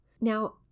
Now